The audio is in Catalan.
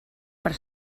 per